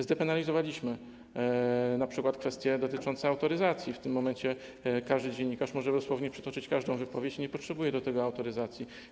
Zdepenalizowaliśmy np. kwestie dotyczące autoryzacji, w tym momencie każdy dziennikarz może dosłownie przytoczyć każdą wypowiedź i nie potrzebuje do tego autoryzacji.